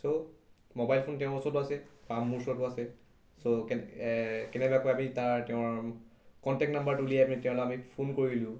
চ' mobile phone তেওঁৰ ওচৰতো আছে বা মোৰ ওচৰতো আছে চ' কেনেবাকৈ আমি তাৰ তেওঁৰ কণ্টেক্ট নাম্বাৰটো উলিয়াই পিনি তেওঁলৈ আমি ফোন কৰিলোঁ